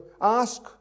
Ask